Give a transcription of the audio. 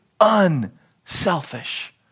unselfish